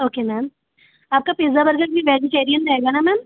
okay ma'am आपका pizza burger भी vegetarian रहेगा ना मैम